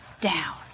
down